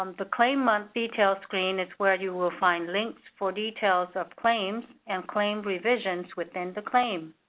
um the claim month details screen is where you will find links for details of claims and claim revisions within the claim.